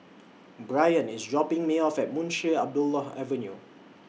Bryan IS dropping Me off At Munshi Abdullah Avenue